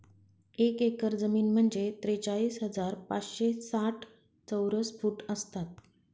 एक एकर जमीन म्हणजे त्रेचाळीस हजार पाचशे साठ चौरस फूट असतात